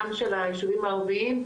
גם של היישובים הערביים,